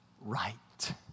right